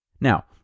Now